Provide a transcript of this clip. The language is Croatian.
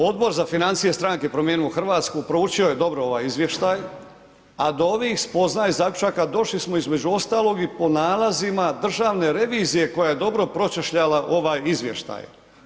Odbor za financije stranke Promijenimo Hrvatsku proučio je dobro ovaj izvještaj a do ovih spoznaja i zaključaka došli smo između ostalog i po nalazima državne revizije koja je dobro pročešljala ovaj izvještaj.